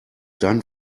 dann